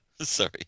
Sorry